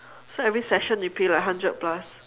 so every session you pay like hundred plus